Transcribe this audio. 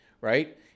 right